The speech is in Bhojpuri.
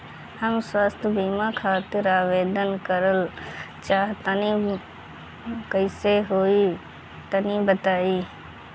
हम स्वास्थ बीमा खातिर आवेदन करल चाह तानि कइसे होई तनि बताईं?